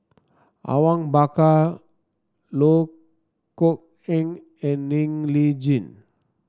Awang Bakar Loh Kok Heng and Ng Li Chin